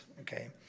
Okay